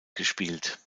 gespielt